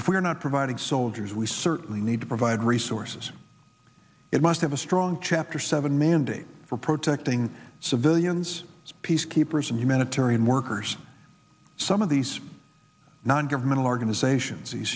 if we are not providing soldiers we certainly need to provide resources it must have a strong chapter seven mandate for protecting civilians peacekeepers and humanitarian workers some of these non governmental organization